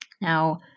Now